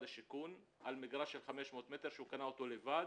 השיכון על מגרש של 500 מטר שהוא קנה אותו לבד,